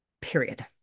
period